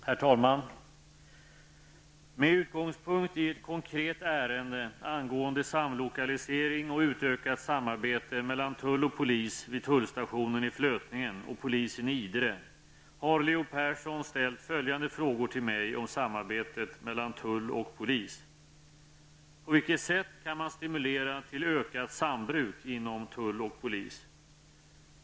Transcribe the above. Herr talman! Med utgångspunkt i ett konkret ärende angående samlokalisering och utökat samarbete mellan tull och polis vid tullstationen i Flötningen och polisen i Idre har Leo Persson ställt följande frågor till mig om samarbetet mellan tull och polis. 1. På vilket sätt kan man stimulera till ökat sambruk inom tull och polis? 2.